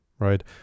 right